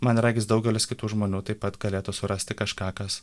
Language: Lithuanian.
man regis daugelis kitų žmonių taip pat galėtų surasti kažką kas